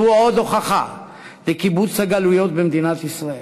זו עוד הוכחה בקיבוץ הגלויות במדינת ישראל.